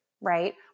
right